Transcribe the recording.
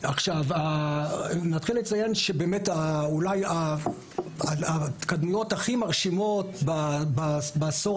נתחיל לציין שאולי ההתקדמויות המרשימות ביותר בעשור